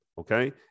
Okay